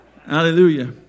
Hallelujah